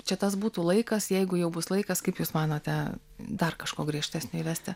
čia tas būtų laikas jeigu jau bus laikas kaip jūs manote dar kažko griežtesnio įvesti